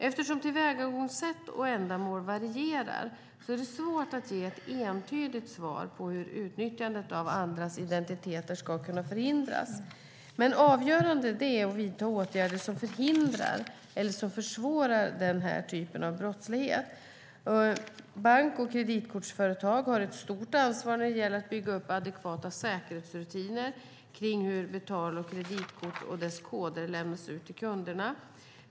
Eftersom tillvägagångssätten och ändamålen varierar är det svårt att ge ett entydigt svar på hur utnyttjandet av andras identiteter ska kunna förhindras. Men avgörande är att vidta åtgärder som förhindrar eller försvårar denna typ av brottslighet. Bank och kreditkortsföretag har ett stort ansvar när det gäller att bygga upp adekvata säkerhetsrutiner kring hur betal och kreditkort och deras koder lämnas ut till kunderna.